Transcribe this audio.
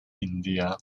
india